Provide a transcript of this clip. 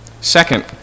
Second